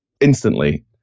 instantly